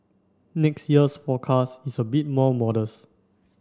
next year's forecast is a bit more modest